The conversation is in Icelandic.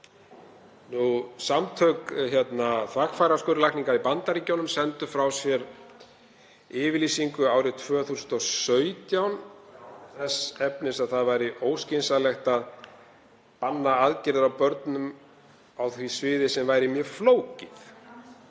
Samtök þvagfæraskurðlækna í Bandaríkjunum sendu frá sér yfirlýsingu árið 2017 þess efnis að það væri óskynsamlegt að banna aðgerðir á börnum á því sviði sem væri mjög flókið.